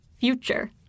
future